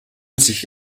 sich